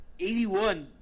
81